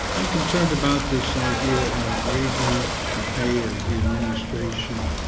i'm concerned about this idea of raising the pay of the administration